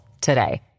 today